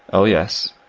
oh yes.